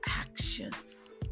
actions